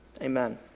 Amen